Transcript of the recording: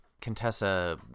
Contessa